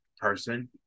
person